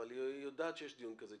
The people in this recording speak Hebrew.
אבל היא יודעת שיש דיון כזה,